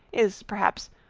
is perhaps,